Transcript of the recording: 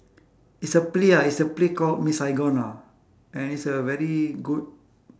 it's a play ah it's a play called miss saigon ah and it's a very good